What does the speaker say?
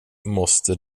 måste